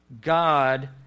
God